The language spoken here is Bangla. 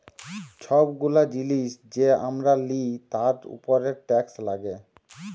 ছব গুলা জিলিস যে আমরা লিই তার উপরে টেকস লাগ্যে